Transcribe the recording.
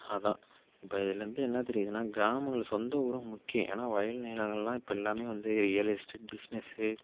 அதுதான் இப்போ இதுலேருந்து என்ன தெரியுதுன்னா கிராமங்கள் சொந்த ஊரும் முக்கியம் ஏன்னால் வயல் நிலங்கள்லாம் இப்போ எல்லாமே வந்து ரியல் எஸ்டேட் பிஸ்னஸ்ஸு